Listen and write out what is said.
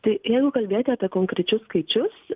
tai jeigu kalbėti apie konkrečius skaičius